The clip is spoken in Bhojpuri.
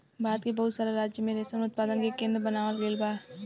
भारत के बहुत सारा राज्य में रेशम उत्पादन के केंद्र बनावल गईल बा